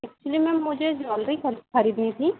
actually ma'am मुझे jewellery खरीदनी थी